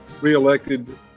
reelected